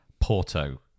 Porto